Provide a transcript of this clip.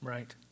Right